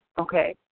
okay